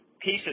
pieces